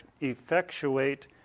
effectuate